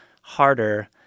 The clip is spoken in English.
harder